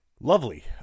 Lovely